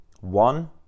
One